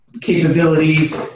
capabilities